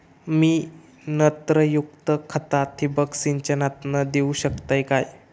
मी नत्रयुक्त खता ठिबक सिंचनातना देऊ शकतय काय?